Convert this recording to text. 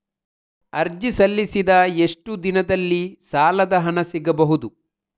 ಅರ್ಜಿ ಸಲ್ಲಿಸಿದ ಎಷ್ಟು ದಿನದಲ್ಲಿ ಸಾಲದ ಹಣ ಸಿಗಬಹುದು?